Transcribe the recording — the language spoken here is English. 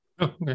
Okay